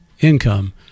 income